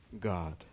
God